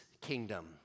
kingdom